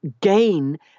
gain